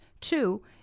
Two